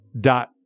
dot